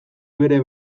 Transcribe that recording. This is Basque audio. bere